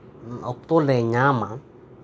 ᱚᱠᱛᱚ ᱞᱮ ᱧᱟᱢᱼᱟ